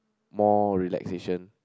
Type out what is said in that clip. more relaxation